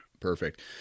Perfect